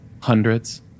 Hundreds